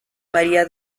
maría